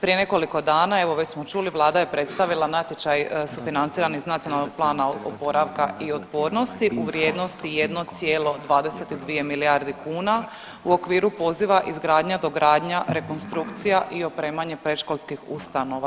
Prije nekoliko dana evo već smo čuli vlada je predstavila natječaj sufinanciran iz Nacionalnog plana oporavka i otpornosti u vrijednosti 1,22 milijarde kuna u okviru poziva izgradnja, dogradnja, rekonstrukcija i opremanje predškolskih ustanova.